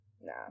nah